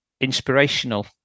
inspirational